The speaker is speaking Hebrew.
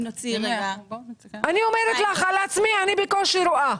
אני בקושי רואה.